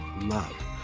love